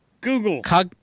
Google